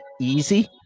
easy